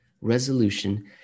resolution